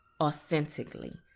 authentically